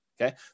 Okay